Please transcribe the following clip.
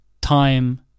time